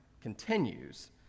continues